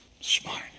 smart